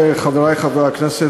חברי חברי הכנסת,